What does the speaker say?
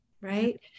right